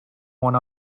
one